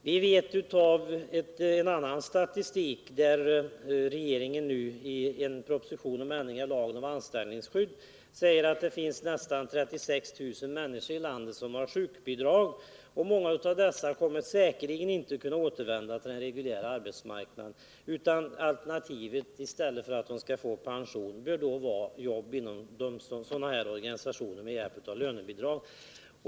Vi känner till det av annan statistik också, och regeringen säger nu i en proposition om ändring i lagen om anställningsskydd att nästan 36 000 människor i landet får sjukbidrag. Många av dessa kommer säkerligen inte att kunna återvända till den reguljära arbetsmarknaden. Alternativet till pension bör då vara att de får arbete inom allmännyttiga organisationer med hjälp av lönebidrag.